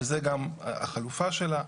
וזה גם החלופה שלה,